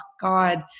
God